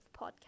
podcast